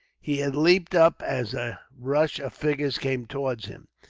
he had leaped up as a rush of figures came towards him,